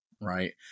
right